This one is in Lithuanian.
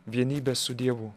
vienybės su dievu